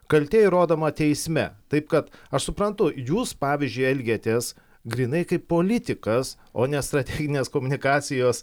kaltė įrodoma teisme taip kad aš suprantu jūs pavyzdžiui elgiatės grynai kaip politikas o ne strateginės komunikacijos